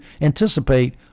anticipate